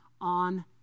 on